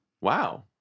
Wow